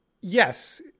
Yes